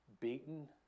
beaten